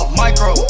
micro